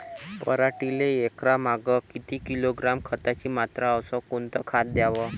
पराटीले एकरामागं किती किलोग्रॅम खताची मात्रा अस कोतं खात द्याव?